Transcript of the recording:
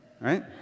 right